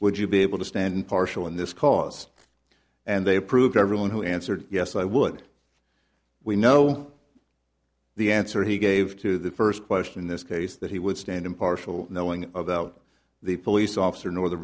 would you be able to stand impartial in this cause and they proved everyone who answered yes i would we know the answer he gave to the first question in this case that he would stand impartial knowing about the police officer nor the